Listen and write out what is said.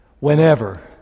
Whenever